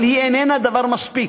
אבל היא איננה מספיקה,